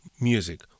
music